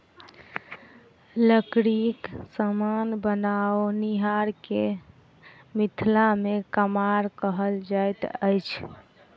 लकड़ीक समान बनओनिहार के मिथिला मे कमार कहल जाइत अछि